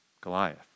Goliath